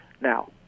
Now